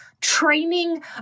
training